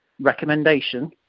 recommendation